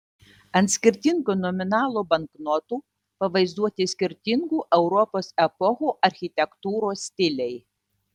ant skirtingų nominalų banknotų pavaizduoti skirtingų europos epochų architektūros stiliai